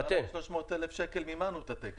אנחנו מימנו ב-300,000 שקל את התקן.